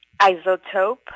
Isotope